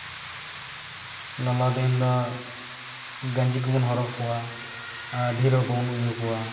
ᱞᱚᱞᱚ ᱫᱤᱱ ᱫᱚ ᱜᱟᱧᱡᱤ ᱠᱚᱵᱚᱱ ᱦᱚᱨᱚᱜ ᱟᱠᱚᱣᱟ ᱟᱨ ᱰᱷᱮᱨ ᱦᱚᱸ ᱵᱟᱵᱚᱱ ᱩᱭᱩ ᱠᱚᱣᱟ